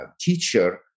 teacher